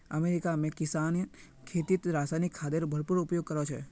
America में किसान खेतीत रासायनिक खादेर भरपूर उपयोग करो छे